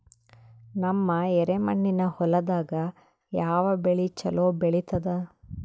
ನಮ್ಮ ಎರೆಮಣ್ಣಿನ ಹೊಲದಾಗ ಯಾವ ಬೆಳಿ ಚಲೋ ಬೆಳಿತದ?